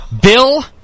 Bill